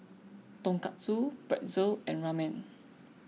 Tonkatsu Pretzel and Ramen